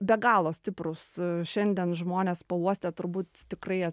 be galo stiprūs šiandien žmonės pauostę turbūt tikrai